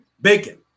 Bacon